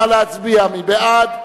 נא להצביע, מי בעד?